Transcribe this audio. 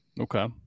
Okay